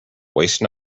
waste